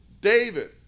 David